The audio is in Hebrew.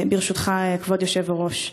ברשותך כבוד היושב-ראש.